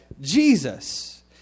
Jesus